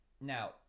Now